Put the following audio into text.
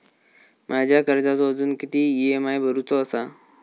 माझ्या कर्जाचो अजून किती ई.एम.आय भरूचो असा?